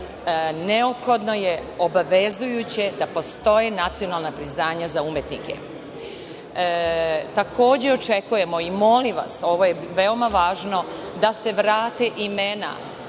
neophodno je obavezujuće da postoje nacionalna priznanja za umetnike. Takođe, očekujemo i molim vas, ovo je veoma važno, da se vrate imena